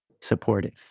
supportive